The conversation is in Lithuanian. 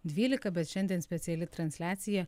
dvylika bet šiandien speciali transliacija